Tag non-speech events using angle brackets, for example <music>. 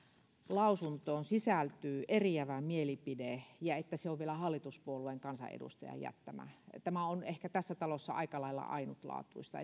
lausuntoon sisältyy eriävä mielipide ja että se on vielä hallituspuolueen kansanedustajan jättämä tämä on ehkä tässä talossa aika lailla ainutlaatuista <unintelligible>